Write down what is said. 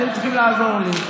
אתם צריכים לעזור לי.